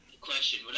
Question